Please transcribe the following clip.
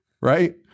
Right